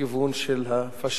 לכיוון הפאשיזם.